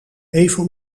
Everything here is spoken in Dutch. even